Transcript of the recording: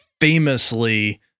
famously